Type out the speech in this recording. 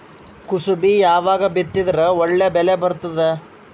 ಕುಸಬಿ ಯಾವಾಗ ಬಿತ್ತಿದರ ಒಳ್ಳೆ ಬೆಲೆ ಬರತದ?